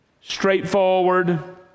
straightforward